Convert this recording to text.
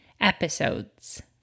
episodes